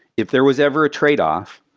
if there was ever a tradeoff,